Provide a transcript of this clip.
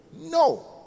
No